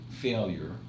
failure